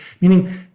Meaning